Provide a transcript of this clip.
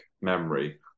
memory